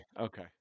Okay